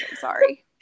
Sorry